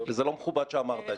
וזה לא מכובד שאמרת את זה.